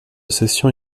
cession